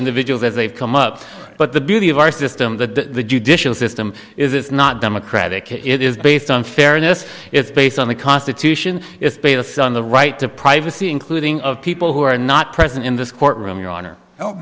individuals as they've come up but the beauty of our system the judicial system is not democratic it is based on fairness it's based on the constitution it's bailiffs on the right to privacy including of people who are not present in this courtroom your honor